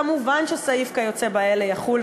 מובן שסעיף "כיוצא באלה" יחול,